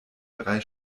drei